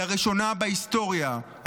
לראשונה בהיסטוריה,